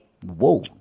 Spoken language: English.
whoa